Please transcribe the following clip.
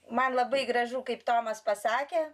man labai gražu kaip tomas pasakė